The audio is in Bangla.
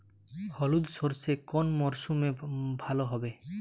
হলুদ সর্ষে কোন মরশুমে ভালো হবে?